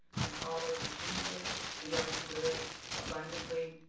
as followers of jesus, we are to live abundantly.